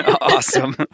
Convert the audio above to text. awesome